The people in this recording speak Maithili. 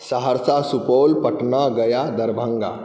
सहरसा सुपौल पटना गया दरभङ्गा